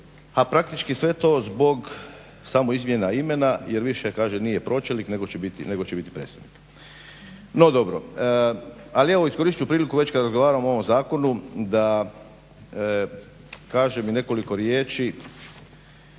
a praktički sve to samo zbog izmjene imena jer više kaže nije pročelnik nego će biti predstojnik. No dobro. Ali iskoristit ću priliku već kada razgovaramo o ovom zakonu da kažem i nekoliko riječi